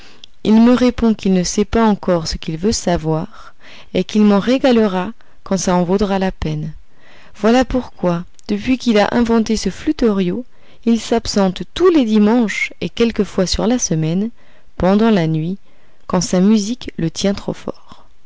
il me répond qu'il ne sait pas encore ce qu'il veut savoir et qu'il m'en régalera quand ça en vaudra la peine voilà pourquoi depuis qu'il a inventé ce flûteriot il s'absente tous les dimanches et quelquefois sur la semaine pendant la nuit quand sa musique le tient trop fort